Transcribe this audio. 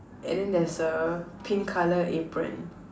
and then there's a pink colour apron